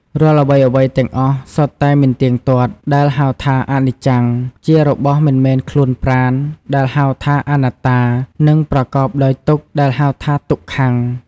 រាល់អ្វីៗទាំងអស់សុទ្ធតែមិនទៀងទាត់ ដែលហៅថា អនិច្ចំ ជារបស់មិនមែនខ្លួនប្រាណ ដែលហៅថាអនត្តា និងប្រកបដោយទុក្ខ ដែលហៅថា ទុក្ខំ។